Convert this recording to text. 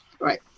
Right